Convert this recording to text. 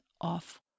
off